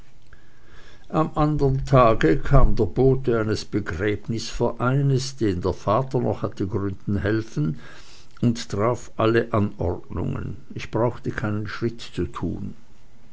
am andern tag kam der bote eines begräbnisvereines den der vater noch hatte gründen helfen und traf alle anordnungen ich brauchte keinen schritt zu tun